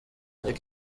ariko